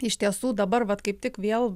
iš tiesų dabar vat kaip tik vėl